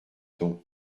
ton